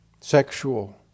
Sexual